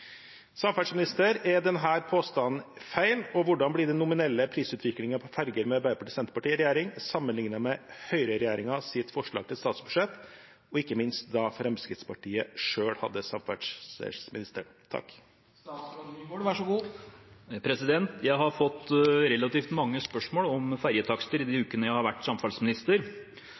Er denne påstanden feil, og hvordan blir den nominelle prisutviklinga på ferger med Arbeiderpartiet og Senterpartiet i regjering sammenlignet med Høyreregjeringa sitt forslag til statsbudsjett og da Fremskrittspartiet hadde samferdselsministeren?» Jeg har fått relativt mange spørsmål om ferjetakster i de ukene jeg har vært samferdselsminister,